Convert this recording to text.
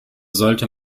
sollte